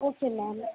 okay ma'am